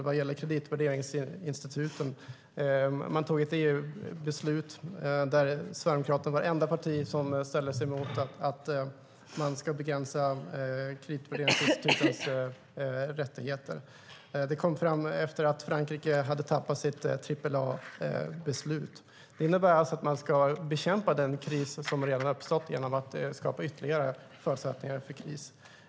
Vad gäller kreditvärderingsinstituten tog man till exempel ett EU-beslut där Sverigedemokraterna var det enda parti som ställde sig mot att man ska begränsa kreditvärderingsinstitutens rättigheter. Detta var efter att Frankrike hade tappat sin trippel-A-status. Det innebär alltså att man ska bekämpa den kris som redan har uppstått genom att skapa ytterligare förutsättningar för kris.